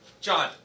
John